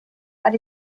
but